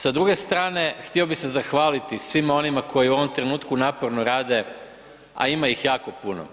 Sa druge strane, htio bi se zahvaliti svima onima koji u ovom trenutku naporno rade a ima ih jako puno.